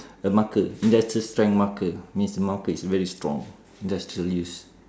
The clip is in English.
a marker industrial strength marker means the marker is very strong industrial use